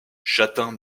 châtain